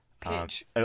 pitch